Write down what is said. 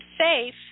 safe